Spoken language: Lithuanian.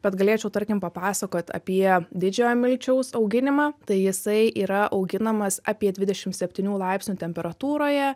bet galėčiau tarkim papasakot apie didžiojo milčiaus auginimą tai jisai yra auginamas apie dvidešim septynių laipsnių temperatūroje